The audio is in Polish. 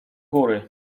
góry